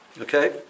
Okay